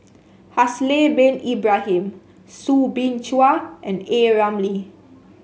Haslir Bin Ibrahim Soo Bin Chua and A Ramli